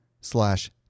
slash